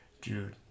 dude